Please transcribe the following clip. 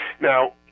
Now